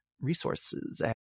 resources